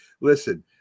Listen